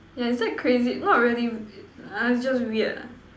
yeah is that crazy not really w~ uh its just weird lah